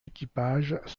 équipages